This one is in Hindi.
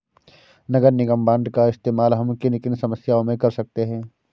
नगर निगम बॉन्ड का इस्तेमाल हम किन किन समस्याओं में कर सकते हैं?